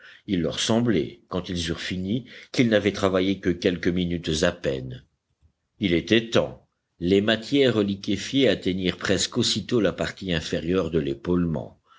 il leur semblait quand ils eurent fini qu'ils n'avaient travaillé que quelques minutes à peine il était temps les matières liquéfiées atteignirent presque aussitôt la partie inférieure de l'épaulement